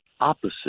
opposite